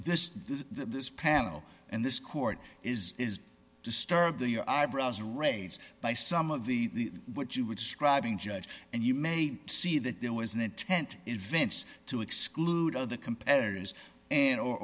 this this panel and this court is disturbed or your eyebrows raised by some of the what you were describing judge and you may see that there was an intent invents to exclude other compares and or